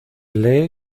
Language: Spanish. lee